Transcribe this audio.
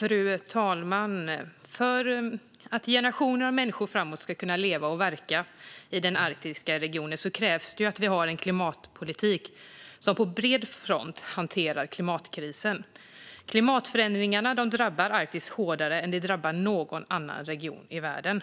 Fru talman! För att generationer av människor framöver ska kunna leva och verka i den arktiska regionen krävs att vi har en klimatpolitik som på bred front hanterar klimatkrisen. Klimatförändringarna drabbar Arktis hårdare än vad de drabbar någon annan region i världen.